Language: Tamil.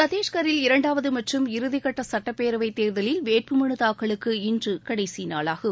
சத்திஷ்கில் இரண்டாவது மற்றும் இறுதிக்கட்ட சட்டப்பேரவை தேர்தலில் வேட்புமனு தாக்கலுக்கு இன்று கடைசி நாளாகும்